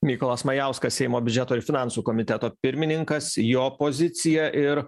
mykolas majauskas seimo biudžeto ir finansų komiteto pirmininkas jo pozicija ir